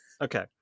Okay